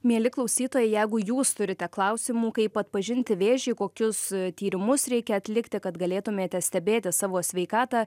mieli klausytojai jeigu jūs turite klausimų kaip atpažinti vėžį kokius tyrimus reikia atlikti kad galėtumėte stebėti savo sveikatą